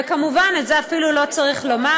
וכמובן, ואת זה אפילו לא צריך לומר,